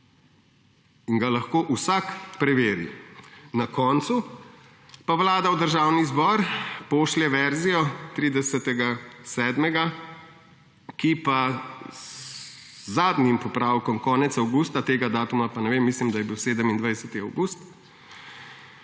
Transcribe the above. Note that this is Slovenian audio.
in ga lahko vsak preveri. Na koncu pa Vlada v Državni zbor pošlje verzijo 30. 7., ki z zadnjim popravkom konec avgusta – tega datuma pa ne vem, mislim, da je bil 27. avgust